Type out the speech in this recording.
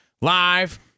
Live